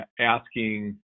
asking